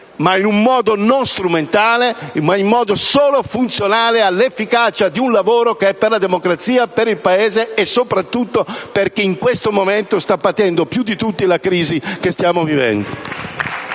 ma in un modo non strumentale, bensì in un modo solo funzionale all'efficacia di un lavoro che è per la democrazia, per il Paese e soprattutto per chi, in questo momento, sta patendo più di tutti la crisi che stiamo vivendo.